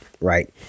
right